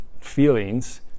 feelings